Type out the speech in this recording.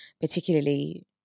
particularly